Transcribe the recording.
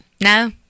No